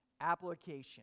application